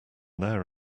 there